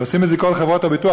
ועושות את זה כל חברות הביטוח,